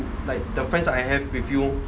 like the friends I have with you